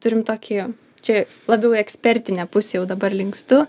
turim tokį čia labiau į ekspertinę pusę jau dabar linkstu